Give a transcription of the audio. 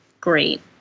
great